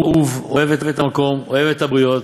אהוב, אוהב את המקום, אוהב את הבריות,